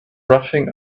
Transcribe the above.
rushing